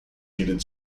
needed